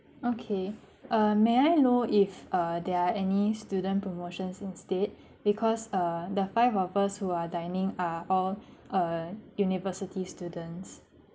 okay uh may I know if uh there are any student promotions instead because uh the five of us who are dining are all uh university students